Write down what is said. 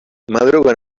madruga